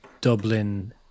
Dublin